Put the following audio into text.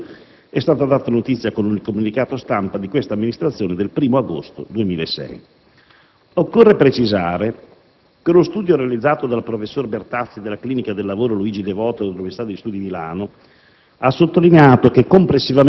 dei risultati di tale studio è stata data notizia con il comunicato stampa di questa Amministrazione del 1° agosto 2006. Occorre precisare che lo studio, realizzato dal Professor Bertazzi della Clinica del lavoro «Luigi Devoto» dell'Università degli studi di Milano,